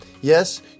Yes